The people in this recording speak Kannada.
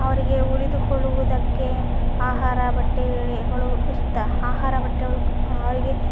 ಅವರಿಗೆ ಉಳಿದುಕೊಳ್ಳುವುದಕ್ಕೆ ಆಹಾರ ಬಟ್ಟೆಗಳೆ ಗಳು ಇರ್ತಾ ಆಹಾರ ಬಟ್ಟೆಗಳು ಅವರಿಗೆ